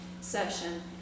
session